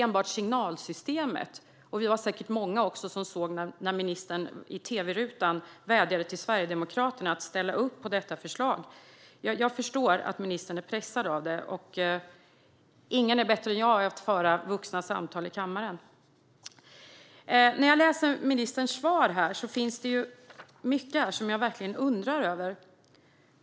Se bara på signalerna. Vi var säkert många som såg när ministern i tv-rutan vädjade till Sverigedemokraterna att ställa upp på detta förslag. Jag förstår att ministern är pressad av det. Ingen är bättre än jag på att föra vuxna samtal i kammaren. I ministerns svar finns det mycket som jag undrar över.